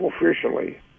officially